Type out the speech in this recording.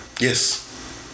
Yes